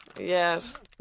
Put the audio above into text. Yes